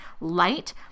Light